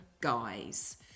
guys